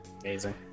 amazing